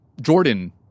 Jordan